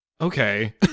okay